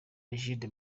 egide